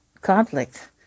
conflict